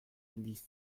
dix